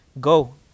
go